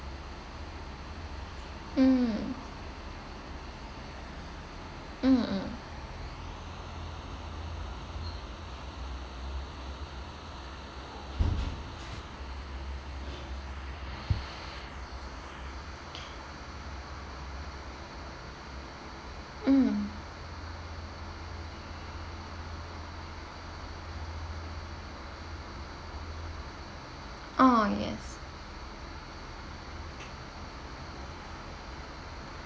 mm mm mm mm oh yes